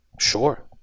Sure